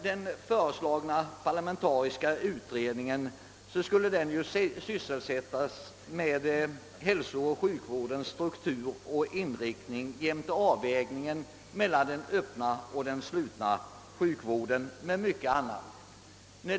Den föreslagna parlamentariska utredningen skulle ju syssla med hälsooch sjukvårdens struktur och inriktning jämte avvägningen mellan den öppna och den slutna sjukvården samt med många andra frågor.